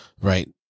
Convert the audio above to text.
right